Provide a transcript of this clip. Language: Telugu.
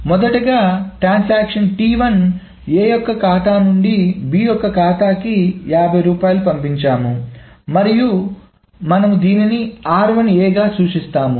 మొదటగా ట్రాన్సాక్షన్ A యొక్క ఖాతా నుండి B యొక్క ఖాతా కి 50 రూపాయలు పంపించాము మనము దీనిని గా సూచిస్తాము